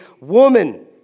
woman